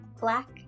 black